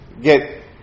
get